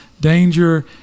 danger